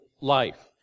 life